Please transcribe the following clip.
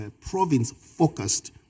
province-focused